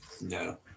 no